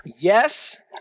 yes